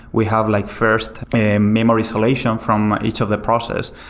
we have like first memory solution from each of the process.